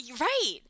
Right